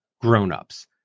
grownups